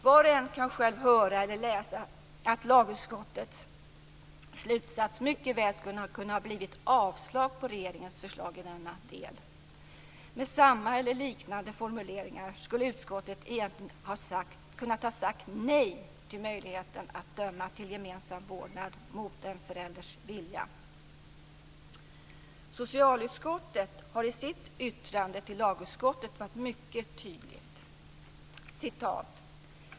Var och en kan själv höra eller läsa att lagutskottets slutsats mycket väl skulle ha kunnat bli avslag på regeringens förslag i denna del. Med samma eller liknande formuleringar skulle utskottet egentligen ha kunnat säga nej till möjligheten att döma till gemensam vårdnad mot en förälders vilja. Socialutskottet har i sitt yttrande till lagutskottet varit mycket tydligt.